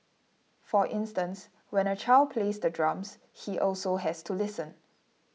for instance when a child plays the drums he also has to listen